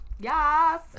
yes